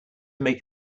make